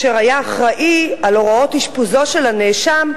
שהיה אחראי להוראות אשפוזו של הנאשם,